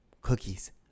cookies